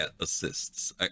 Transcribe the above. assists